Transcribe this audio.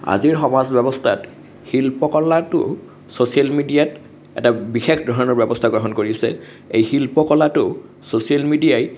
আজিৰ সমাজ ব্য়ৱস্থাত শিল্পকলাটো ছ'চিয়েল মিডিয়াত এটা বিশেষ ধৰণৰ ব্য়ৱস্থা গ্ৰহণ কৰিছে এই শিল্পকলাটো ছ'চিয়েল মিডিয়াই